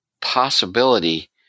possibility